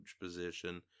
position